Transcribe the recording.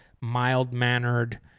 mild-mannered